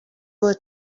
were